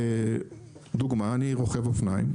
לדוגמה, אני רוכב אופניים.